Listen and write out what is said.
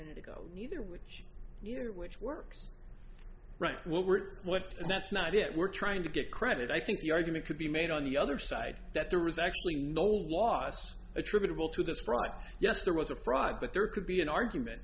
minute ago neither which you know which works right what we're what that's not it we're trying to get credit i think the argument could be made on the other side that there was actually no loss attributable to the strike yes there was a fraud but there could be an argument